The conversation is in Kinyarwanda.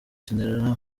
serena